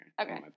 Okay